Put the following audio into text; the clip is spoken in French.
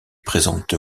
présente